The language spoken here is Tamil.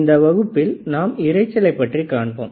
இந்த வகுப்பில் நாம் இரைச்சலை பற்றி காண்போம்